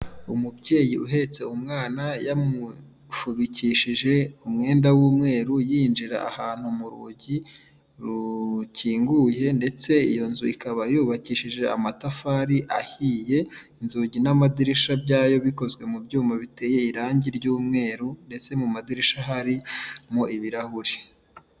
Umubyeyi uhetse umwana yamufubikishije umwenda w'umweru yinjira ahantu mu rugi rukinguye, ndetse iyo nzu ikaba yubakishije amatafari ahiye, inzugi n'amadirisha byayo bikozwe mu byuma biteye irangi ry'umweru, ndetse mu madirishya harimo ibirahuri.